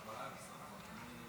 אדוני היושב-ראש, אולי תעזור לי,